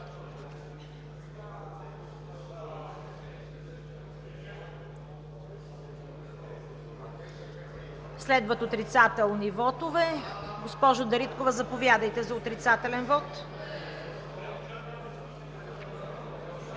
Следват отрицателни вотове. Госпожо Дариткова, заповядайте за отрицателен вот.